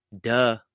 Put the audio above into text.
duh